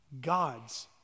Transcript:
God's